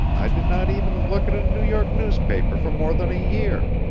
i did not even look at a new york newspaper for more than a year.